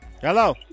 Hello